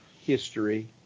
history